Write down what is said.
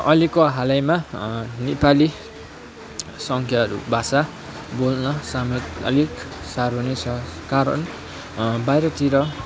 अहिलेको हालैमा नेपाली सङ्ख्याहरू भाषा बोल्न साम अलिक साह्रो नै छ कारण बाहिरतिर